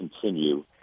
continue